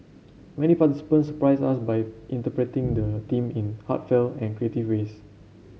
many participants surprised us by interpreting the theme in heartfelt and creative ways